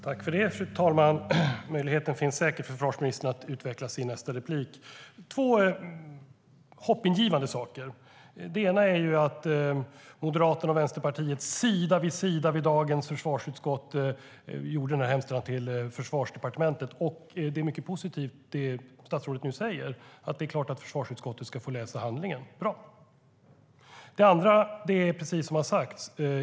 Fru talman! Det finns säkert möjlighet för försvarsministern att utveckla sig i nästa anförande. Det är två hoppingivande saker. Det ena är att Moderaterna och Vänsterpartiet sida vid sida vid dagens möte i försvarsutskottet gjorde den här hemställan till Försvarsdepartementet. Och det som statsrådet nu säger är mycket positivt: Det är klart att försvarsutskottet ska få läsa handlingen. Det är bra. Det andra är precis det som har sagts.